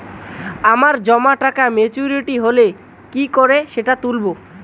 আমার জমা টাকা মেচুউরিটি হলে কি করে সেটা তুলব?